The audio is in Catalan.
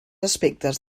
aspectes